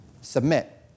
submit